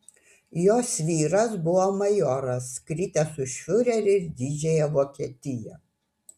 jos vyras buvo majoras kritęs už fiurerį ir didžiąją vokietiją